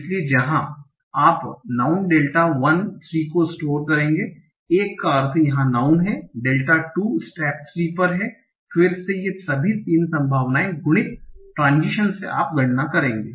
इसलिए जहां आप नाउँन डेल्टा1 3 को स्टोर करेगे 1 का अर्थ यहा नाउँन है और डेल्टा2 स्टेप 3 पर है फिर से सभी 3 संभावनाएं गुणित ट्रान्ज़िशन से आप गणना करेंगे